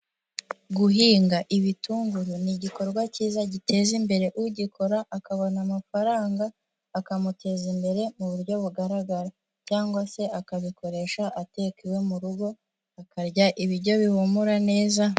Guhinga ibitunguru ni igikorwa cyiza giteza imbere ugikora akabona amafaranga, akamuteza imbere mu buryo bugaragara, cyangwa se akabikoresha ateka iwe mu rugo, akarya ibiryo bihumura neza.